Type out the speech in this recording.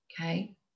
okay